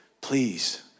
please